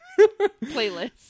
playlist